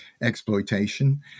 exploitation